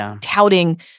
touting